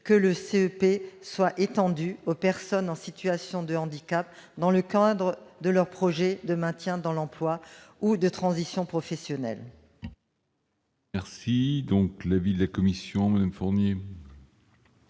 que le CEP soit étendu aux personnes en situation de handicap dans le cadre de leur projet de maintien dans l'emploi ou de transition professionnelle. Quel est l'avis de la commission ? Les auteurs